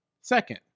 second